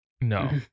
no